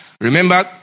Remember